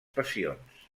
passions